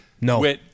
No